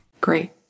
Great